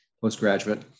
postgraduate